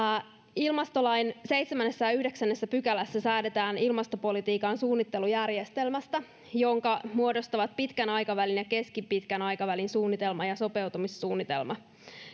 ilmastolain seitsemännessä ja yhdeksännessä pykälässä säädetään ilmastopolitiikan suunnittelujärjestelmästä jonka muodostavat pitkän aikavälin ja keskipitkän aikavälin suunnitelma ja sopeutumissuunnitelma